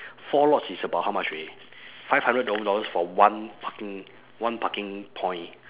four lots is about how much already five hundred over dollars for one parking one parking point